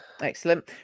excellent